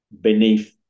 beneath